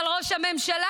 אבל ראש הממשלה,